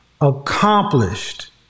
accomplished